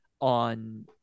on